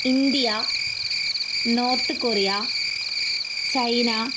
India North Korea China